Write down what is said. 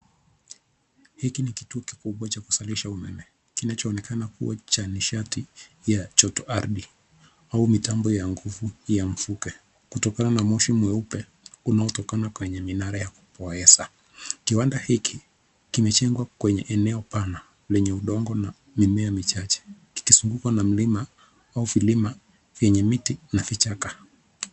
Hiki ni kituo kikubwa cha kuzalisha umeme kinachoonekana kuwa cha nishati ya joto ardhi au mitambo ya nguvu ya mvuke kutokana na moshi mweupe unaotoka kwenye minara ya kupoesha. Kiwanda hiki kimejengwa kwenye eneo pana lenye udongo na mimea michache kikizungukwa na mlima au vilima vyenye miti na vichaka.